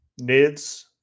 Nids